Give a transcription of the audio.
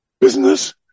business